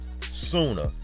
Sooner